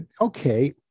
okay